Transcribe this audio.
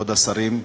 כבוד השרים,